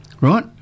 right